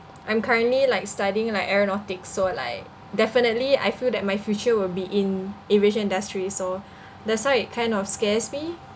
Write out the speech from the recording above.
I'm currently like studying like aeronautics so like definitely I feel that my future will be in aviation industry so that's why it kind of scares me